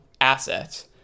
asset